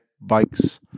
bikes